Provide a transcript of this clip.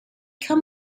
come